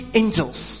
angels